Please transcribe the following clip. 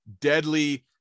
deadly